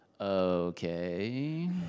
okay